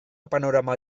panorama